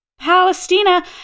Palestina